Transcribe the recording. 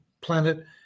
planet